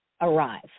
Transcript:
arrive